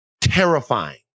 terrifying